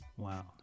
Wow